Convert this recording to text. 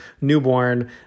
newborn